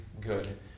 good